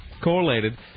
correlated